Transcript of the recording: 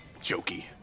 Jokey